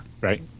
Right